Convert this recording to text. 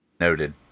Noted